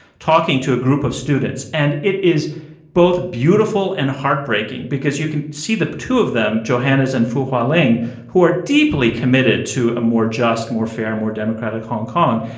talking to a group of students. and it is both beautiful and heartbreaking because you can see the two of them, johannes, in and fulfilling, who are deeply committed to a more just more fair, more democratic hong kong,